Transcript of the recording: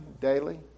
daily